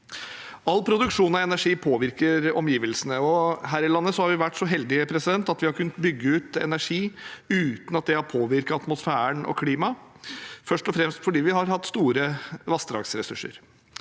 All produksjon av energi påvirker omgivelsene. Her i landet har vi vært så heldige at vi har kunnet bygge ut energi uten at det har påvirket atmosfæren og klimaet, først og fremst fordi vi har hatt store vassdragsressurser.